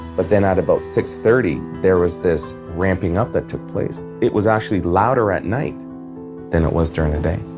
but then at about six thirty there was this ramping up that took place. it was actually louder at night than it was during the day.